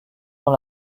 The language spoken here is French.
dans